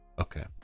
okay